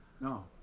No